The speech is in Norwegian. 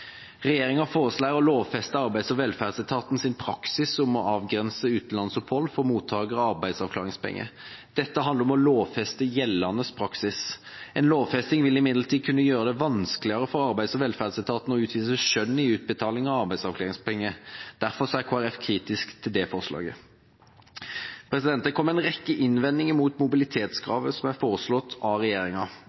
Regjeringa foreslår å lovfeste arbeids- og velferdsetatens praksis om å avgrense utenlandsopphold for mottakere av arbeidsavklaringspenger. Dette handler om å lovfeste gjeldende praksis. En lovfesting vil imidlertid kunne gjøre det vanskeligere for arbeids- og velferdsetaten å utvise skjønn i utbetaling av arbeidsavklaringspenger. Derfor er Kristelig Folkeparti kritisk til det forslaget. Det kom en rekke innvendinger mot mobilitetskravet som er foreslått av regjeringa.